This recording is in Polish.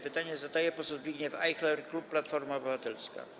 Pytanie zadaje poseł Zbigniew Ajchler, klub Platforma Obywatelska.